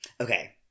Okay